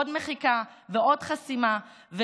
עוד מחיקה ועוד חסימה.